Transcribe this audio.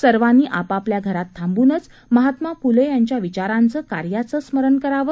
सर्वांनी आपापल्या घरात थांबूनच महात्मा फुले यांच्या विचारांच कार्याचं स्मरण करावं